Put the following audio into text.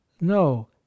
No